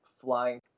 flying